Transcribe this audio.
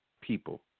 people